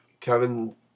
Kevin